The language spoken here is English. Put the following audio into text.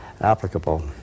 applicable